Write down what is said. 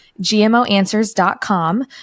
gmoanswers.com